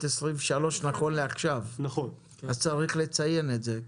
שנת 23 נכון לעכשיו אז צריך לציין את זה,